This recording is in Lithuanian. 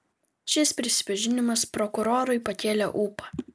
šis prisipažinimas prokurorui pakėlė ūpą